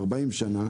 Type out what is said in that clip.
40 שנה,